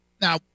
Now